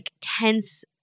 tense